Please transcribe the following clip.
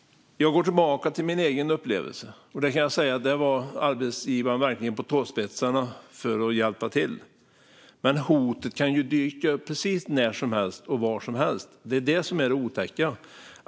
Jag går tillbaka till min egen upplevelse, och jag kan säga att där var arbetsgivaren verkligen på tåspetsarna för att hjälpa till. Men hotet kan dyka upp precis när som helst och var som helst; det är det som är det otäcka.